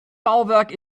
bauwerk